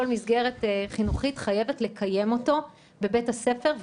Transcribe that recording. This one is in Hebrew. מסגרת חינוכית חייבת לקיים אותו בבית הספר,